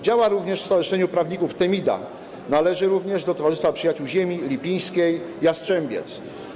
Działa również w Stowarzyszeniu Prawników „Temida” należy również do Towarzystwa Przyjaciół Ziemi Lipińskiej „Jastrzębiec”